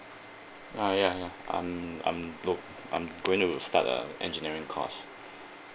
uh ya ya I'm I'm look I'm going to start uh engineering course